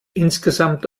insgesamt